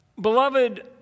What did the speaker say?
Beloved